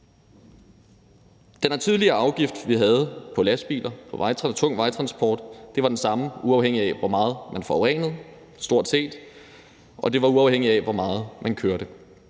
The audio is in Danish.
her tidligere afgift, vi havde på lastbiler og på tung vejtransport, var den samme, uafhængigt af hvor meget man forurenede – stort set – og uafhængigt af hvor meget man kørte.